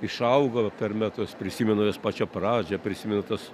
išaugo per metus prisimenu jos pačią pradžią prisiminu tas